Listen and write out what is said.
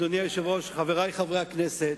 אדוני היושב-ראש, חברי חברי הכנסת,